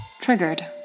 Triggered